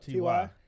Ty